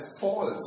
false